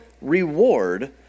reward